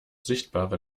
sichtbare